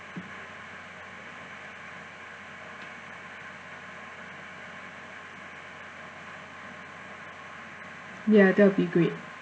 ya that will be great